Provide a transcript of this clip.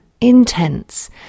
intense